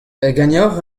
ganeocʼh